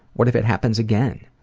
what if it happens again?